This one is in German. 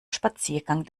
spaziergang